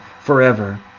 forever